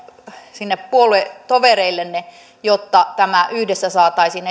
sinne puoluetovereillenne jotta tämä yhteiskuntasopimus yhdessä saataisiin